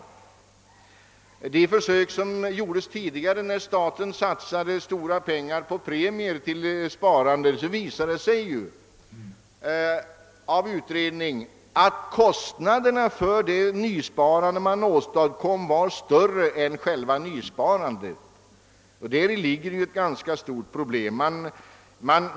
Vid de försök som gjordes tidigare när staten satsade stora pengar på premier till sparande visade det sig genom utredning att kostnaderna för det nysparande som åstadkoms var större än själva nysparandet. Däri ligger ett ganska stort problem.